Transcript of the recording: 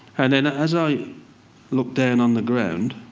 and and as i looked down on the ground,